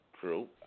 True